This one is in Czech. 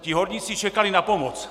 Ti horníci čekali na pomoc.